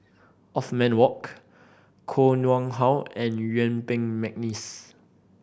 Othman Wok Koh Nguang How and Yuen Peng McNeice